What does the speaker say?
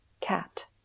cat